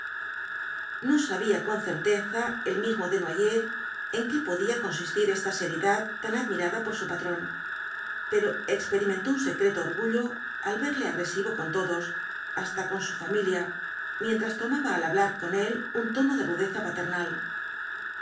no sabía con certeza el mismo desnoyers en qué podía consistir esta seriedad tan admirada por su patrón pero experimentó un secreto orgullo al verle agresivo con todos hasta con su familia mientras tomaba al hablar con él un tono de rudeza paterna